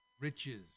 riches